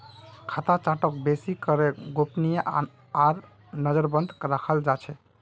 खाता चार्टक बेसि करे गोपनीय आर नजरबन्द रखाल जा छे